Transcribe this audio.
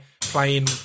playing